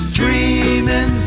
dreaming